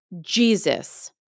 Jesus